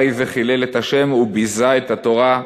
הרי זה חילל את השם וביזה את התורה,